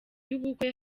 y’ubukwe